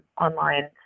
online